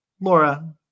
Laura